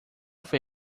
foi